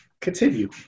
Continue